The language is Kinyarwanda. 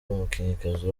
umukinnyikazi